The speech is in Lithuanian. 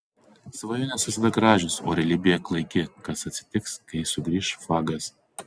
svajonės visada gražios o realybė klaiki kas atsitiks kai sugrįš fagas